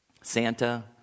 Santa